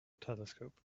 telescope